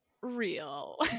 real